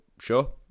sure